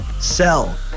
sell